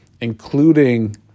including